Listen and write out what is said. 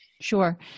Sure